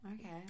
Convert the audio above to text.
Okay